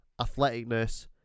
athleticness